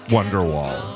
Wonderwall